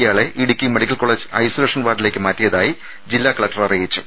ഇയാളെ Idukki medical college isolation വാർഡിലേക്ക് മാറ്റിയതായി ജില്ലാ കളക്ടർ അറിയിച്ചു